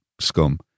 scum